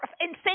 insane